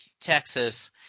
Texas